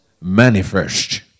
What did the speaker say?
manifest